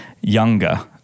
younger